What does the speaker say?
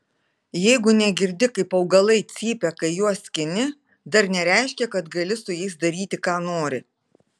jeigu negirdi kaip augalai cypia kai juos skini dar nereiškia kad gali su jais daryti ką nori